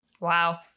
Wow